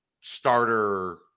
starter